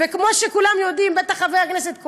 וכמו שכולם יודעים, בטח חבר הכנסת כהן,